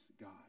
God